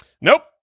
nope